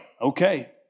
okay